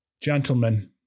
gentlemen